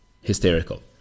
hysterical